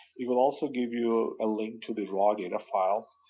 it will also give you a link to the raw data file,